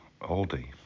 Aldi